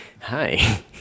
hi